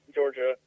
Georgia